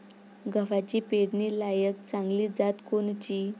गव्हाची पेरनीलायक चांगली जात कोनची?